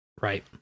right